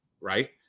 Right